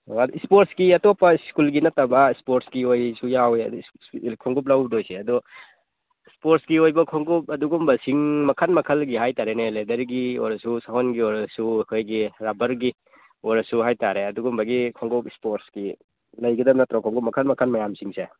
ꯏꯁꯄꯣꯔꯠꯀꯤ ꯑꯇꯣꯞꯄ ꯁ꯭ꯀꯨꯜꯒꯤ ꯅꯠꯇꯕ ꯏꯁꯄꯣꯔꯠꯀꯤ ꯑꯣꯏꯁꯨ ꯌꯥꯎꯋꯦ ꯈꯣꯡꯎꯞ ꯂꯧꯗꯣꯏꯁꯦ ꯑꯗꯣ ꯏꯁꯄꯣꯔꯠꯀꯤ ꯑꯣꯏꯕ ꯈꯣꯡꯎꯞ ꯑꯗꯨꯒꯨꯝꯕꯁꯤꯡ ꯃꯈꯜ ꯃꯈꯜꯒꯤ ꯍꯥꯏ ꯇꯥꯔꯦꯅꯦ ꯂꯦꯗꯔꯒꯤ ꯑꯣꯏꯔꯁꯨ ꯁꯎꯟꯒꯤ ꯑꯣꯏꯔꯁꯨ ꯑꯩꯈꯣꯏꯒꯤ ꯔꯕꯔꯒꯤ ꯑꯣꯏꯔꯁꯨ ꯍꯥꯏ ꯇꯥꯔꯦ ꯑꯗꯨꯒꯨꯝꯕꯒꯤ ꯈꯣꯡꯎꯞ ꯏꯁꯄꯣꯔꯠꯀꯤ ꯂꯩꯒꯗꯕ ꯅꯠꯇ꯭ꯔꯣ ꯈꯣꯡꯎꯞ ꯃꯈꯜ ꯃꯈꯜ ꯃꯌꯥꯝ ꯁꯤꯡꯁꯦ